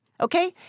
Okay